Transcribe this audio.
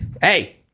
hey